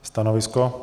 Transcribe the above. Stanovisko?